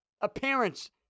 appearance